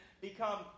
become